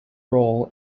role